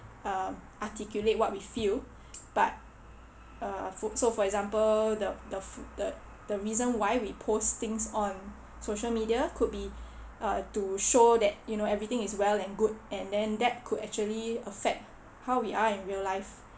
um articulate what we feel but uh so for example the the f~ the the reason why we post things on social media could be uh to show that you know everything is well and good and then that could actually affect how we are in real life